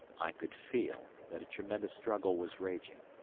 i could feel, that a tremendous struggle was raging,